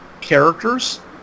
characters